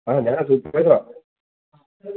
ആ ഞാനാ സൂപ്പർവൈസറാ